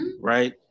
right